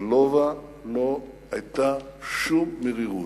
ללובה לא היתה שום מרירות.